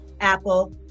Apple